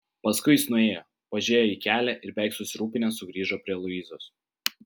paskui jis nuėjo pažiūrėjo į kelią ir beveik susirūpinęs sugrįžo prie luizos